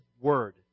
word